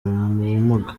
ubumuga